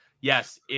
Yes